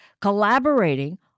collaborating